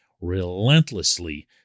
relentlessly